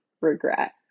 regret